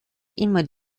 immer